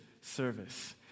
service